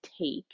take